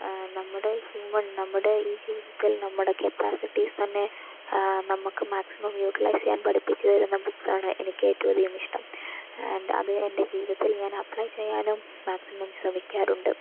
നമ്മുടെ ഹ്യൂമൺ നമ്മുടെ ഈ ജീവിതത്തിൽ നമ്മുടെ കപ്പാസിറ്റിസ് തന്നെ നമുക്ക് മാക്സിമം യൂട്രലൈസ് ചെയ്യാൻ പഠിപ്പിച്ചു തരുന്ന ബുക്ക്സ് ആണ് എനിക്ക് ഏറ്റവും അധികം ഇഷ്ട്ടം അത് എന്റെ ജീവിതത്തിൽ ഞാൻ അപ്ലൈ ചെയ്യാനും മാക്സിമം ശ്രമിക്കാറുണ്ട്